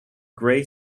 gray